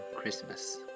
Christmas